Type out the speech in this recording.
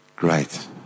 great